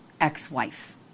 ex-wife